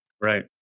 right